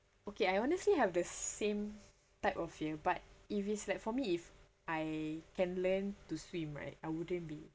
okay I honestly have the same type of fear but if it's like for me if I can learn to swim right I wouldn't be